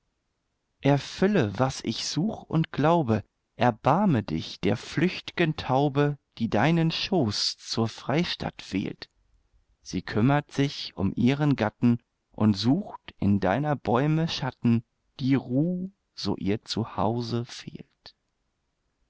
erfülle was ich such und glaube erbarme dich der flücht'gen taube die deinen schoß zur freistatt wählt sie kümmert sich um ihren gatten und sucht in deiner bäume schatten die ruh so ihr zu hause fehlt